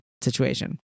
situation